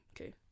okay